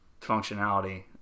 functionality